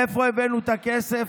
מאיפה הבאנו את הכסף?